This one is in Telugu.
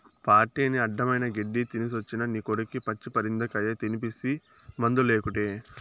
పార్టీ అని అడ్డమైన గెడ్డీ తినేసొచ్చిన నీ కొడుక్కి పచ్చి పరిందకాయ తినిపిస్తీ మందులేకుటే